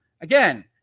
again